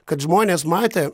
kad žmonės matė